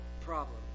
problem